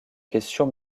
question